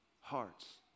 hearts